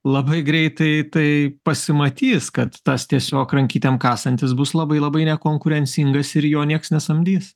labai greitai tai pasimatys kad tas tiesiog rankytėm kasantis bus labai labai nekonkurencingas ir jo nieks nesamdys